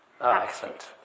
Excellent